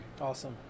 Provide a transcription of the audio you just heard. awesome